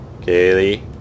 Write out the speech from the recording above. Kaylee